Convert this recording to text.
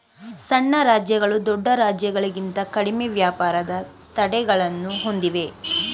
ಸಣ್ಣ ರಾಜ್ಯಗಳು ದೊಡ್ಡ ರಾಜ್ಯಗಳಿಂತ ಕಡಿಮೆ ವ್ಯಾಪಾರದ ತಡೆಗಳನ್ನು ಹೊಂದಿವೆ